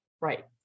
Right